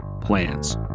Plans